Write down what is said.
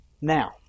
Now